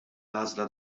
għażla